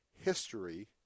history